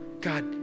God